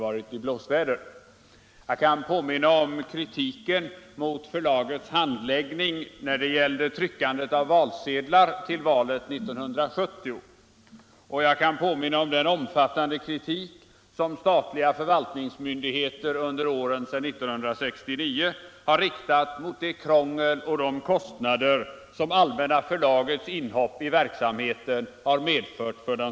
Allmänna Förlaget har ända sedan sin tillkomst 1969 varit i blåsväder.